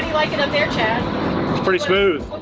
like it up there chad? it's pretty smooth.